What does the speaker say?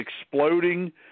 exploding